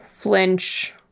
flinch